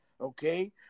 okay